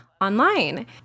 online